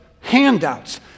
handouts